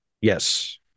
yes